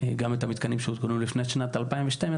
גם את המתקנים שהותקנו לפני שנת 2012,